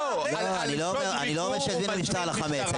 אני לא אומר שיזמין משטרה על החמץ.